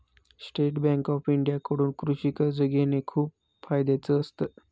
state Bank of India कडून कृषि कर्ज घेण खूप फायद्याच असत